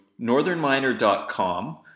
northernminer.com